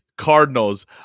Cardinals